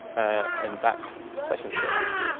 and that's session storage.